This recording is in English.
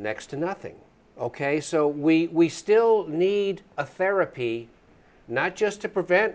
next to nothing ok so we still need a therapy not just to prevent